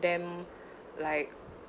them like